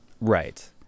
right